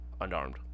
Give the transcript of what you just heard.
unarmed